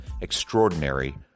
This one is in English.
extraordinary